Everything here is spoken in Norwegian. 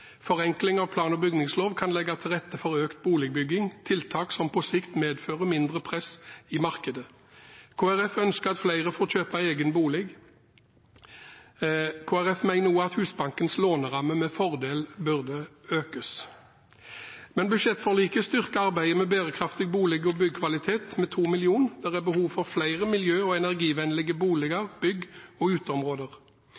Forenkling av plan- og bygningslov kan legge til rette for økt boligbygging: tiltak som på sikt medfører mindre press i markedet. Kristelig Folkeparti ønsker at flere får kjøpe egen bolig. Kristelig Folkeparti mener også at Husbankens låneramme med fordel bør økes. Budsjettforliket styrker arbeidet med bærekraftig bolig- og byggkvalitet med 2 mill. kr. Det er behov for flere miljø- og energivennlige